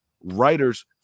writers